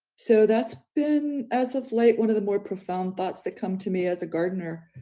so that's been as of late one of the more profound thoughts that come to me as a gardener,